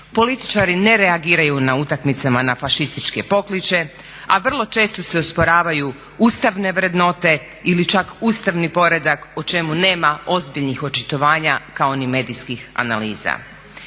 Političari ne reagiraju na utakmicama na fašističke pokliče, a vrlo često se osporavaju ustavne vrednote ili čak ustavni poredak o čemu nema ozbiljnih očitovanja kao ni medijskih analiza.